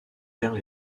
perd